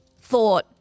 thought